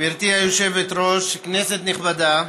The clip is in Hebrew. גברתי היושבת-ראש, כנסת נכבדה,